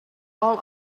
all